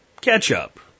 ketchup